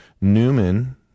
Newman